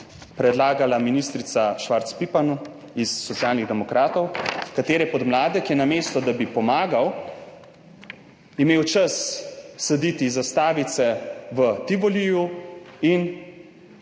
predlagala ministrica Švarc Pipan iz Socialnih demokratov, katerih podmladek je, namesto da bi pomagal, imel čas saditi zastavice v Tivoliju in